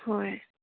ꯍꯣꯏ